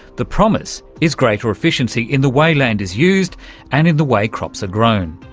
the promise is greater efficiency in the way land is used and in the way crops are grown.